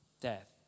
Death